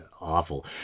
awful